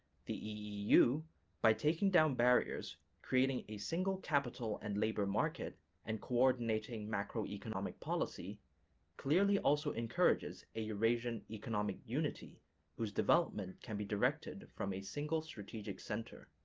the eeu by taking down barriers, creating a single capital and labor market and coordinating macroeconomic policy clearly also encourages a eurasian economic unity whose development can be directed from a single strategic center.